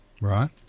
Right